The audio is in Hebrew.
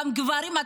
גם גברים,